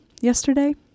yesterday